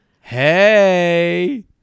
Hey